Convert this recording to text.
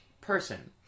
person